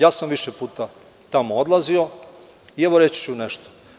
Ja sam više puta tamo odlazio i evo, reći ću nešto.